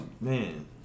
man